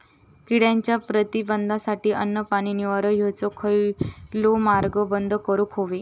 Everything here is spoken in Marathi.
किड्यांच्या प्रतिबंधासाठी अन्न, पाणी, निवारो हेंचो खयलोय मार्ग बंद करुक होयो